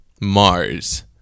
Mars